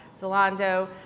Zalando